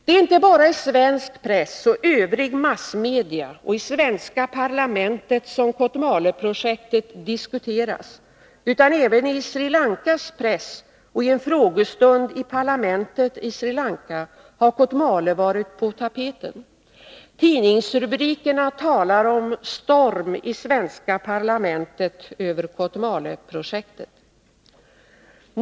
Det är inte bara i svensk press och övrig massmedia och i svenska parlamentet som Kotmaleprojektet diskuteras, utan även i Sri Lankas press, och i en frågestund i parlamentet i Sri Lanka har Kotmale varit på tapeten. Tidningsrubrikerna talar om ”storm i svenska parlamentet över Kotmaleprojektet”.